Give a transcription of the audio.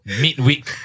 midweek